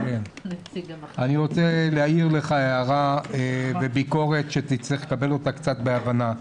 אני רוצה להעיר לך הערה וביקורת שתצטרך לקבלה קצת בהבנה.